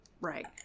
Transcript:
Right